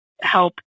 help